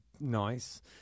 nice